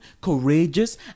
courageous